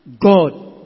God